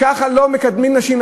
ככה לא מקדמים נשים.